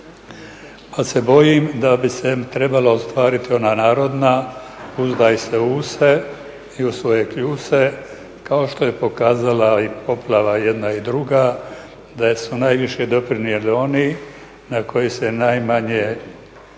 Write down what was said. Sada se bojim da bi se trebala ostvariti ona narodna "uzdaj se u se i u svoje kljuse" kao što je pokazala i poplava jedna i druga da su najviše doprinijeli oni od kojih se najmanje očekivalo